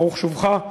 ברוך שובך,